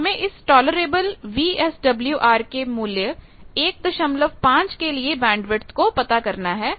तो हमें इस टॉलरेबल VSWR के मूल्य 15 के लिए बैंडविथ को पता करना है